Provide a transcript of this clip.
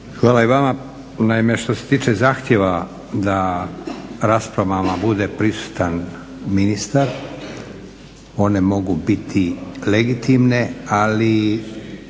Hvala i vama. Naime, što se tiče zahtjeva da na raspravama bude prisutan ministar one mogu biti legitimne ali